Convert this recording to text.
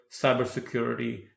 cybersecurity